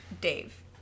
Dave